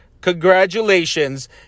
congratulations